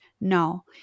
No